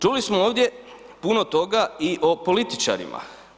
Čuli smo ovdje puno toga i o političarima.